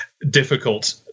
difficult